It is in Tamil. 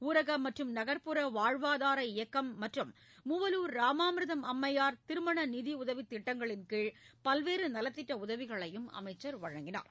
ஊரக மற்றும் நகர்ப்புற வாழ்வாதார இயக்கம் மற்றும் மூவலூர் ராமாமிர்தம் அம்மையார் திருமண நிதியுதவித் திட்டங்களின் கீழ் பல்வேறு நலத்திட்ட உதவிகளையும் அமைச்சர் வழங்கினார்